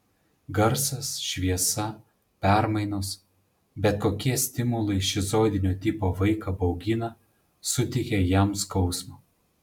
garsas šviesa permainos bet kokie stimulai šizoidinio tipo vaiką baugina suteikia jam skausmo